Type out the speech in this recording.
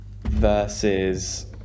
versus